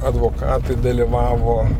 advokatai dalyvavo